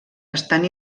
estan